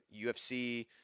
UFC